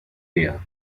meer